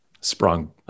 Sprung